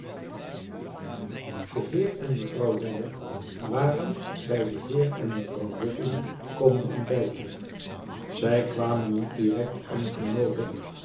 de heer en mevrouw lammie waren bij den heer en mevrouw boffin komen ontbijten zij kwamen niet direct